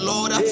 Lord